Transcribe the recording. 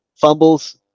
fumbles